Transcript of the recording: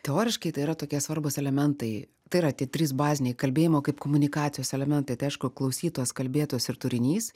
teoriškai tai yra tokie svarbūs elementai tai yra tie trys baziniai kalbėjimo kaip komunikacijos elementai tai aišku klausytojas kalbėtojas ir turinys